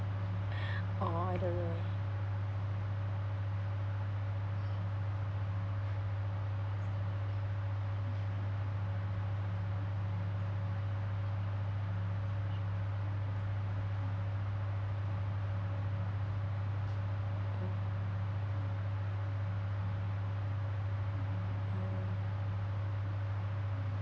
oh I don't know